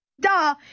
Duh